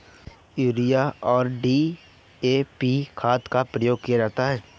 urea और DAP खाद का प्रयोग किया जाता है